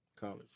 College